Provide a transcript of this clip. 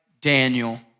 Daniel